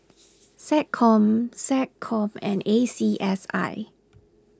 SecCom SecCom and A C S I